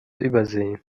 übersee